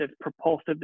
propulsive